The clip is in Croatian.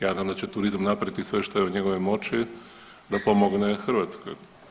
Ja znam da će turizam napraviti sve što je u njegovoj moći da pomogne Hrvatskoj.